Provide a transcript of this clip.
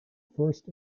first